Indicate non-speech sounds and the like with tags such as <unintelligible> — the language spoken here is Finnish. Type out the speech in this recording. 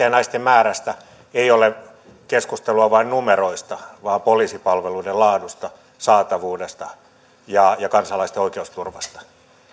<unintelligible> ja naisten määrästä ei ole keskustelua vain numeroista vaan poliisipalveluiden laadusta saatavuudesta ja ja kansalaisten oikeusturvasta